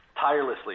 tirelessly